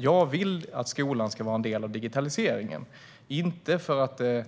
Jag vill att skolan ska vara en del av digitaliseringen - inte för att det